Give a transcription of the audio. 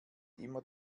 immer